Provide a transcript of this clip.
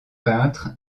peintre